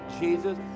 jesus